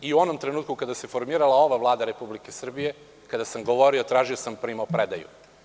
i u onom trenutku kada se formirala ova Vlada Republike Srbije, kada sam govorio, tražio sam primopredaju.